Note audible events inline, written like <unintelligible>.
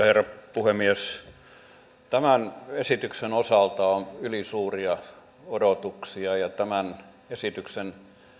<unintelligible> herra puhemies tämän esityksen osalta on ylisuuria odotuksia ja ja tämän esityksen